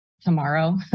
tomorrow